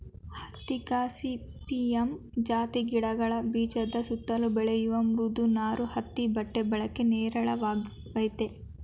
ಹತ್ತಿ ಗಾಸಿಪಿಯಮ್ ಜಾತಿ ಗಿಡಗಳ ಬೀಜದ ಸುತ್ತಲು ಬೆಳೆಯುವ ಮೃದು ನಾರು ಹತ್ತಿ ಬಟ್ಟೆ ಬಳಕೆ ಹೇರಳವಾಗಯ್ತೆ